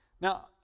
Now